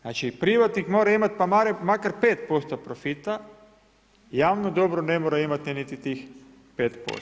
Znači privatnik mora imati pa makar 5% profita, javno dobro ne mora imati niti tih 5%